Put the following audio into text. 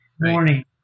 morning